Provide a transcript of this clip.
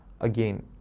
again